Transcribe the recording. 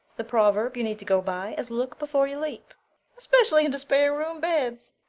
the proverb you need to go by is look before you leap' especially into spare-room beds.